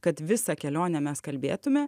kad visą kelionę mes kalbėtume